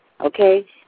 okay